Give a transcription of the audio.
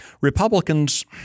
Republicans